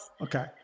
okay